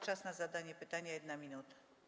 Czas na zadanie pytania - 1 minuta.